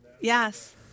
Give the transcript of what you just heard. Yes